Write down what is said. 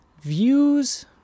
views